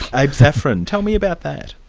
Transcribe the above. abe saffron. tell me about that.